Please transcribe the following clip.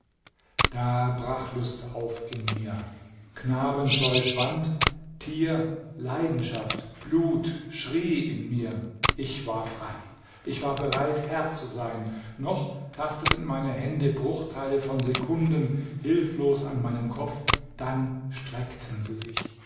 da brach lust auf in mir knabenscheu schwand tier leidenschaft blut schrie in mir ich war frei ich war bereit herr zu sein noch tasteten meine hände bruchteile von sekunden hilflos an meinem kopf dann streckten sie sich